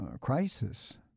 crisis